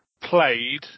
played